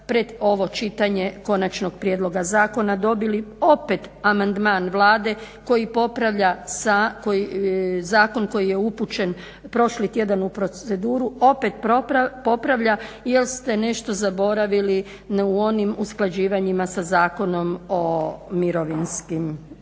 pred ovo čitanje konačnog prijedloga zakona dobili opet amandman Vlade koji popravlja, zakon koji je upućen prošli tjedan u proceduru opet popravlja jer ste nešto zaboravili u onim usklađivanjima sa Zakonom o mirovinskom